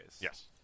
Yes